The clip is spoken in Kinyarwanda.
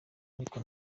ariko